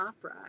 opera